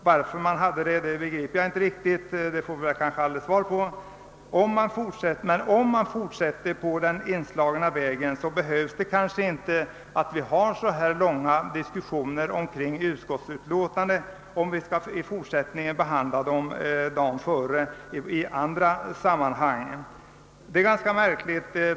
Varför den kom till stånd begriper jag inte riktigt; det får vi kanske aldrig besked om. Kanhända behövs det inte att vi har så här långa diskussioner om utskottsutlåtanden, om vi i fortsättningen skall behandla dem i andra sammanhang dagen innan.